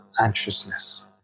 anxiousness